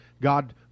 God